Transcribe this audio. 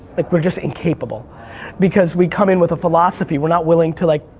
like we're just incapable because we come in with a philosophy, we're not willing to, like